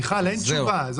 אין תשובה.